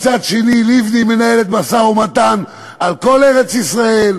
מצד שני, לבני מנהלת משא-ומתן על כל ארץ-ישראל,